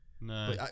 No